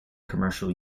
commercial